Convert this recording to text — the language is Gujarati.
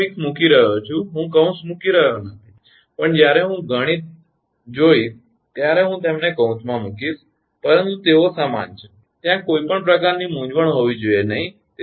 હું પ્રત્યય મૂકી રહ્યો છું હું કૌંસ મૂકી રહ્યો નથી પણ જ્યારે હું ગણિત જોઈશ ત્યારે હું તેમને કૌંસમાં મૂકીશ પરંતુ તેઓ સમાન છે ત્યાં કોઈપણ પ્રકારની મૂંઝવણ હોવી જોઈએ નહીં